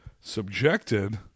subjected